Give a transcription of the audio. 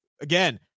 again